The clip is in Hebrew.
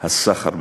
הסחר בנשים.